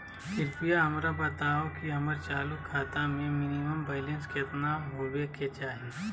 कृपया हमरा बताहो कि हमर चालू खाता मे मिनिमम बैलेंस केतना होबे के चाही